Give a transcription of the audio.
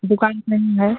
दुकान पर नहीं है